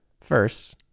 First